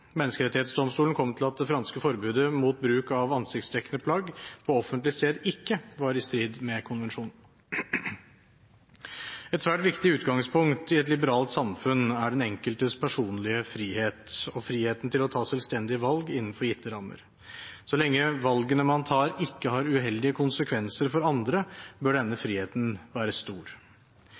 Menneskerettighetsdomstolen kom til at det franske forbudet mot bruk av ansiktsdekkende plagg på offentlig sted ikke var i strid med konvensjonen. Et svært viktig utgangspunkt i et liberalt samfunn er den enkeltes personlige frihet og friheten til å ta selvstendige valg innenfor gitte rammer. Så lenge valgene man tar, ikke har uheldige konsekvenser for andre, bør denne friheten være stor.